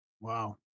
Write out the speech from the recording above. Wow